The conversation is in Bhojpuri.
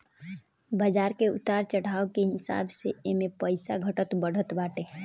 बाजार के उतार चढ़ाव के हिसाब से एमे पईसा घटत बढ़त बाटे